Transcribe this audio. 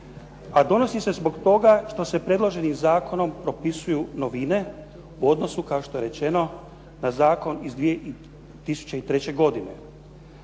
a donosi se zbog toga što se predloženim zakonom propisuju novine u odnosu kao što je rečeno na zakon iz 2003. godine.